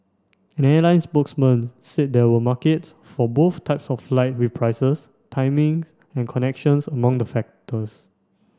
an airline spokesman said there were markets for both types of flight with prices timing and connections among the factors